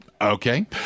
Okay